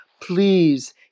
Please